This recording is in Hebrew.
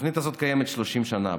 התוכנית הזאת קיימת 30 שנה.